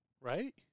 Right